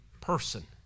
person